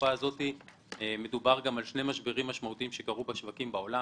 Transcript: שבתקופה הזאת מדובר גם על שני משברים משמעותיים שקרו בשווקים בעולם